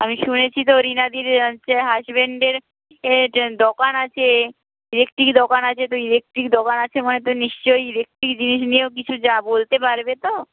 আমি শুনেছি তো রিনাদির হচ্ছে হাজবেন্ডের দোকান আছে ইলেকট্রিক দোকান আছে তো ইলেকট্রিক দোকান আছে মানে তো নিশ্চয়ই ইলেকট্রিক জিনিস নিয়েও কিছু বলতে পারবে তো